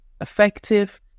effective